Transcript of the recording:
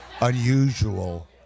unusual